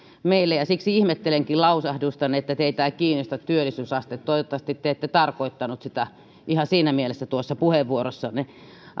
meille ja siksi ihmettelenkin lausahdustanne että teitä ei kiinnosta työllisyysaste toivottavasti te ette tarkoittanut sitä ihan siinä mielessä puheenvuorossanne